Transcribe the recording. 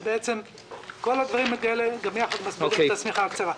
ובעצם כל הדברים האלה ביחד מסבירים את השמיכה הקצרה.